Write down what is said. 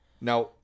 Now